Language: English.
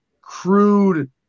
crude